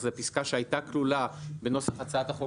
זו פסקה שהייתה כלולה בנוסח הצעת החוק